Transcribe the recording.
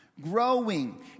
growing